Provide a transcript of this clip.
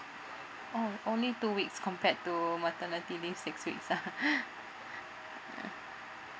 oh only two weeks compared to maternity leave six weeks ah